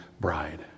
bride